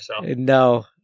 No